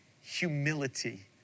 humility